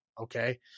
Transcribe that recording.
okay